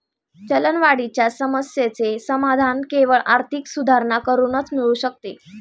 चलनवाढीच्या समस्येचे समाधान केवळ आर्थिक सुधारणा करूनच मिळू शकते